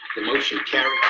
the motion carries.